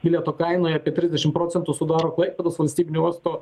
bilieto kainoje apie trisdešimt procentų sudaro klaipėdos valstybinio uosto